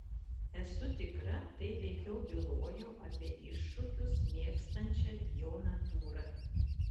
esu tikra tai veikiau bylojo apie iššūkius mėgstančią jo natūrą